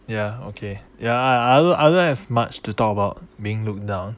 ya okay ya I I don't I don't have much to talk about being looked down